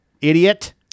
idiot